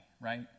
Right